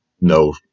no